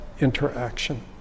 interaction